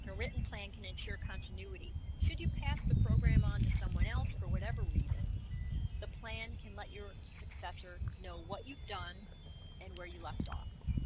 and written plan can ensure continuity should you pass the program on to someone else for whatever reason the plan can let your successor know what you've done and where you left off?